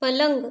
पलंग